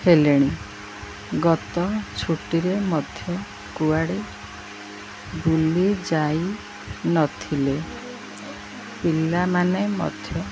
ହେଲେଣି ଗତ ଛୁଟିରେ ମଧ୍ୟ କୁଆଡ଼େ ବୁଲିଯାଇ ନଥିଲେ ପିଲାମାନେ ମଧ୍ୟ